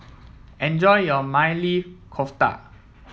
enjoy your Maili Kofta